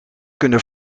kunnen